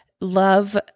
love